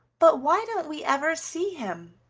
but why don't we ever see him?